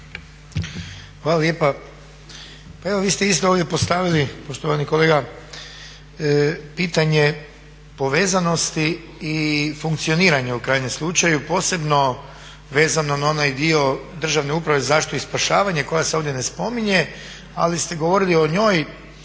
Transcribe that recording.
Hvala lijepa. Pa evo vi ste isto ovdje postavili poštovani kolega, pitanje povezanosti i funkcioniranja u krajnjem slučaju, posebno vezano na onaj dio Državne uprave za zaštitu i spašavanje koja se ovdje ne spominje, ali ste govorili o njoj